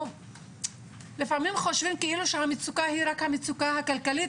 לפעמים חושבים שמדובר רק במצוקה כלכלית,